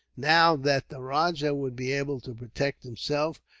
now that the rajah would be able to protect himself,